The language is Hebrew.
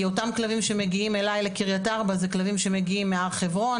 כי אותם כלבים שמגיעים אלי לקריית ארבע זה כלבים שמגיעים מהר חברון,